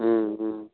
हूँ हूँ